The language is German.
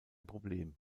problem